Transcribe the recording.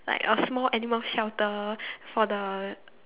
like a small animal shelter for the